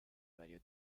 vario